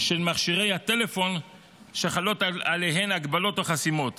של מכשירי הטלפון שחלות עליהם הגבלות או חסימות.